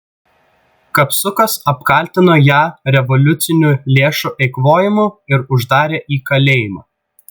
kapsukas apkaltino ją revoliucinių lėšų eikvojimu ir uždarė į kalėjimą